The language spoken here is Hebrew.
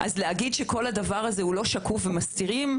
להגיד שכל הדבר הזה הוא לא שקוף ומסתירים,